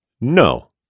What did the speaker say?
no